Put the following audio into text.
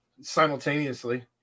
simultaneously